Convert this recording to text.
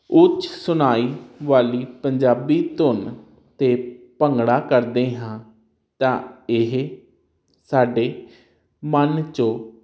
ਉਚ ਸੁਣਾਈ ਵਾਲੀ ਪੰਜਾਬੀ ਧੁਨ ਤੇ ਭੰਗੜਾ ਕਰਦੇ ਹਾਂ ਤਾਂ ਇਹ ਸਾਡੇ ਮਨ ਚੋ